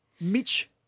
Mitch